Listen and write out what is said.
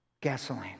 gasoline